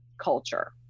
culture